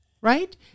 right